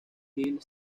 hill